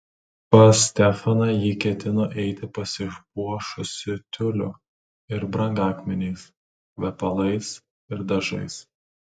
pas stefaną ji ketino eiti pasipuošusi tiuliu ir brangakmeniais kvepalais ir dažais